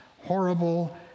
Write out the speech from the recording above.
horrible